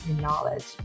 knowledge